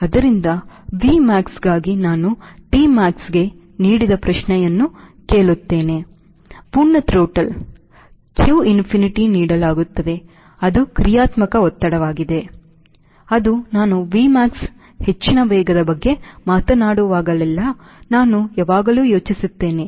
ಆದ್ದರಿಂದ Vmax ಗಾಗಿ ನಾನು Tmax ಗೆ ನೀಡಿದ ಪ್ರಶ್ನೆಯನ್ನು ಕೇಳುತ್ತೇನೆ ಪೂರ್ಣ ಥ್ರೊಟಲ್ಗೆ q ಅನಂತತೆಯನ್ನು ನೀಡಲಾಗುತ್ತದೆ ಅದು ಕ್ರಿಯಾತ್ಮಕ ಒತ್ತಡವಾಗಿದೆ ಅದು ನಾನು Vmax ಹೆಚ್ಚಿನ ವೇಗದ ಬಗ್ಗೆ ಮಾತನಾಡುವಾಗಲೆಲ್ಲಾ ನಾನು ಯಾವಾಗಲೂ ಯೋಚಿಸುತ್ತೇನೆ